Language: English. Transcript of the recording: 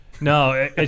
No